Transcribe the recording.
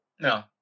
No